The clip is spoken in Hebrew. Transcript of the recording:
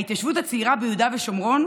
ההתיישבות הצעירה ביהודה ושומרון,